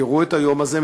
תזכרו את היום הזה,